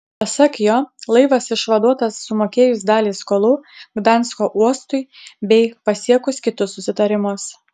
pasak jo laivas išvaduotas sumokėjus dalį skolų gdansko uostui bei pasiekus kitus susitarimus